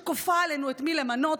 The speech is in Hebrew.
שכופה עלינו את מי למנות,